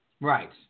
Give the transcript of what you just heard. Right